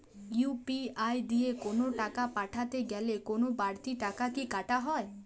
UPI দিয়ে কোন টাকা পাঠাতে গেলে কোন বারতি টাকা কি কাটা হয়?